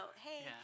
hey